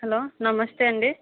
hello నమస్తే అండి